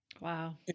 Wow